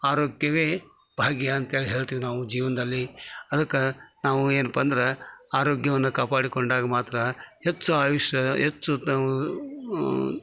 ಆರೋಗ್ಯವೇ ಭಾಗ್ಯ ಅಂತೇಳಿ ಹೇಳ್ತಿವಿ ನಾವು ಜೀವನದಲ್ಲಿ ಅದಕ್ಕೆ ನಾವು ಏನಪ್ಪ ಅಂದ್ರ ಆರೋಗ್ಯವನ್ನ ಕಾಪಾಡಿಕೊಂಡಾಗ ಮಾತ್ರ ಹೆಚ್ಚು ಆಯುಷ್ಯ ಹೆಚ್ಚು ನ